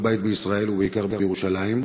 כל בית בישראל, ובעיקר בירושלים,